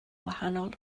wahanol